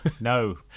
no